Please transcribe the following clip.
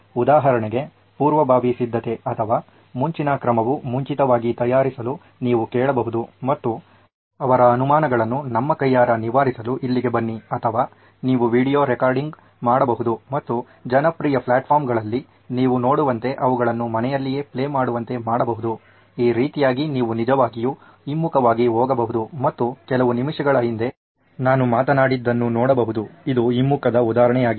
ಉದಾಹರಣೆಗೆ ಪೂರ್ವಭಾವಿ ಸಿದ್ಧತೆ ಅಥವಾ ಮುಂಚಿನ ಕ್ರಮವು ಮುಂಚಿತವಾಗಿ ತಯಾರಿಸಲು ನೀವು ಕೇಳಬಹುದು ಮತ್ತು ಅವರ ಅನುಮಾನಗಳನ್ನು ನಮ್ಮ ಕೈಯಾರ ನಿವಾರಿಸಲು ಇಲ್ಲಿಗೆ ಬನ್ನಿ ಅಥವಾ ನೀವು ವೀಡಿಯೊ ರೆಕಾರ್ಡಿಂಗ್ ಮಾಡಬಹುದು ಮತ್ತು ಜನಪ್ರಿಯ ಪ್ಲ್ಯಾಟ್ಫಾರ್ಮ್ಗಳಲ್ಲಿ ನೀವು ನೋಡುವಂತೆ ಅವುಗಳನ್ನು ಮನೆಯಲ್ಲಿಯೇ ಪ್ಲೇ ಮಾಡುವಂತೆ ಮಾಡಬಹುದು ಈ ರೀತಿಯಾಗಿ ನೀವು ನಿಜವಾಗಿಯೂ ಹಿಮ್ಮುಖವಾಗಿ ಹೋಗಬಹುದು ಮತ್ತು ಕೆಲವು ನಿಮಿಷಗಳ ಹಿಂದೆ ನಾನು ಮಾತನಾಡಿದ್ದನ್ನು ನೋಡಬಹುದು ಇದು ಹಿಮ್ಮುಖದ ಉದಾಹರಣೆಯಾಗಿದೆ